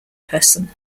person